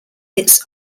its